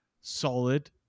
solid